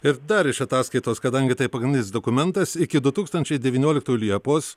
ir dar iš ataskaitos kadangi tai pagrindinis dokumentas iki du tūkstančiai devynioliktų liepos